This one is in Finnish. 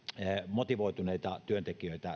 motivoituneita työntekijöitä